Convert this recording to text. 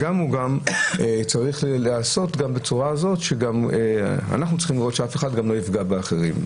והוא גם צריך להיעשות בצורה כזאת שנראה שזה לא יפגע באחרים.